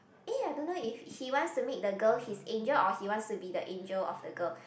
eh I don't know if he wants to make the girl his angel or he wants to be the angel of the girl